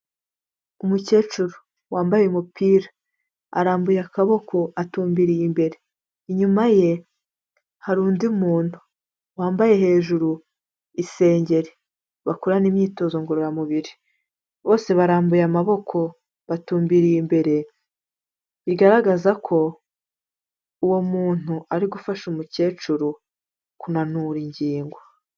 Umukecuru wambaye umupira, arambuye akaboko atumbiriye imbere, inyuma ye hari undi muntu, wambaye hejuru isengeri bakorana imyitozo ngororamubiri, bose barambuye amaboko batumbiriye imbere, bigaragaza ko uwo muntu ari gufasha umukecuru kunanura ingingo.